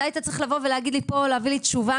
אתה היית צריך לבוא ולהגיד לי פה ולהביא לי תשובה,